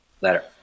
Later